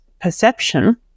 perception